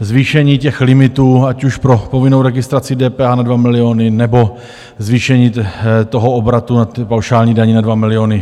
zvýšení limitů, ať už pro povinnou registraci k DPH na 2 miliony, nebo zvýšení obratu na paušální daně na 2 miliony.